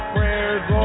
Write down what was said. Prayer's